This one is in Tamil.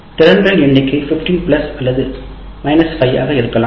திறன்களின் எண்ணிக்கை 15 பிளஸ் அல்லது 5 மைனஸ் ஆக இருக்கலாம்